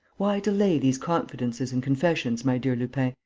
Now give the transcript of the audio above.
why delay these confidences and confessions, my dear lupin.